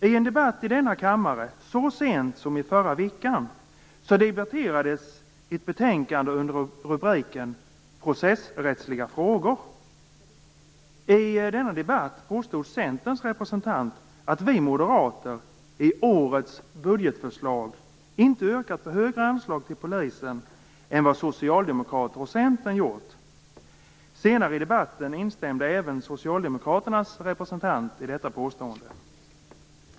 I en debatt i denna kammare så sent som i förra veckan debatterades ett betänkande under rubriken Processrättsliga frågor. I denna debatt påstod Centerns representant att vi moderater i årets budgetförslag inte yrkat på högre anslag till Polisen än vad Socialdemokraterna och Centern gjort. Senare i debatten instämde även socialdemokraternas representant i detta påstående.